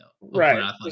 right